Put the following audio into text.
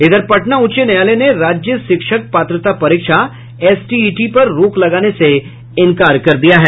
इधर पटना उच्च न्यायालय ने राज्य शिक्षक पात्रता परीक्षा एसटीईटी पर रोक लगाने से इंकार कर दिया है